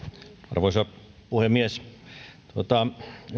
arvoisa puhemies ensinnäkin otan